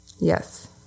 yes